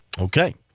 Okay